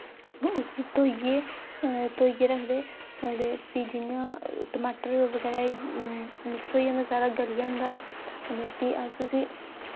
उसी धोइयै धोइयै रखदे ते फ्ही जि'यां टमाटर बगैरा मिक्स होई जंदा सारा गली जंदा ते फ्ही अस उसी